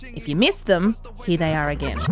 if you missed them, here they are again.